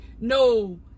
no